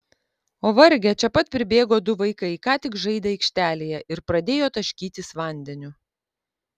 o varge čia pat pribėgo du vaikai ką tik žaidę aikštelėje ir pradėjo taškytis vandeniu